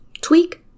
Tweak